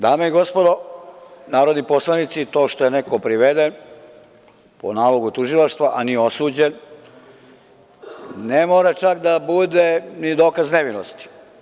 Dame i gospodo narodni poslanici, to što je neko priveden po nalogu tužilaštva, a nije osuđen, ne mora čak da bude ni dokaz nevinosti.